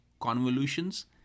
convolutions